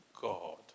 God